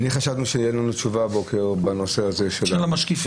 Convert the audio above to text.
אנחנו חשבנו שתהיה לנו תשובה הבוקר בנושא הזה של המשקיפים.